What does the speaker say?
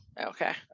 okay